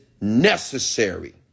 necessary